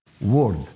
word